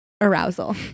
arousal